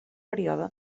període